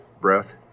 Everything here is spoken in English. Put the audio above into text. breath